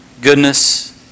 goodness